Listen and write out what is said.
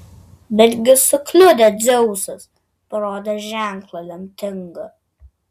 betgi sukliudė dzeusas parodęs ženklą lemtingą